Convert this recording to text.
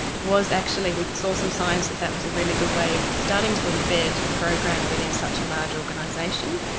was actually, we saw some signs that that was a really good way of starting to embed a program within such a large organisation.